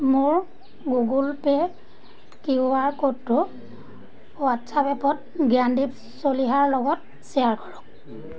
মোৰ Google pay Q R ক'ডটো হোৱাট্ছএপত জ্ঞানদীপ চলিহাৰ লগত শ্বেয়াৰ কৰক